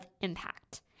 impact